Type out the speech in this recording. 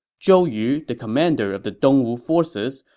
zhou yu, the commander of the dongwu forces,